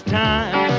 time